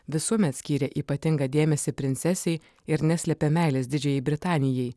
visuomet skyrė ypatingą dėmesį princesei ir neslepė meilės didžiajai britanijai